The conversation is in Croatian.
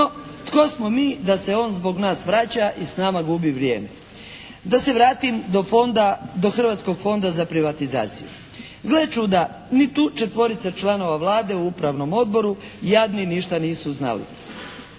tko smo mi da se on zbog nas vraća i s nama gubi vrijeme? Da se vratim do fonda, do Hrvatskog fonda za privatizaciju. Gle čuda, ni tu četvorica članova Vlade u Upravnom odboru jadni ništa nisu znali.